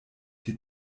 die